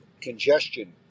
congestion